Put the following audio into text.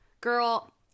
girl